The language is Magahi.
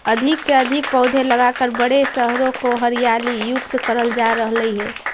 अधिक से अधिक पौधे लगाकर बड़े शहरों को हरियाली युक्त करल जा रहलइ हे